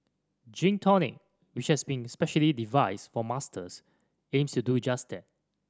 Gym Tonic which has been specially devised for Masters aims to do just that